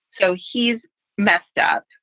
so he's messed up.